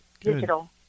digital